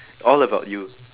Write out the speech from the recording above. all about you